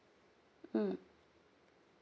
mm